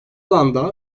alanda